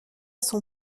son